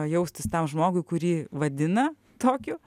jaustis tam žmogui kurį vadina tokiu